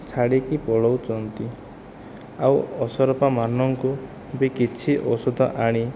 ଛାଡ଼ିକି ପଳଉଛନ୍ତି ଆଉ ଅସରପାମାନଙ୍କୁ ବି କିଛି ଔଷଧ ଆଣି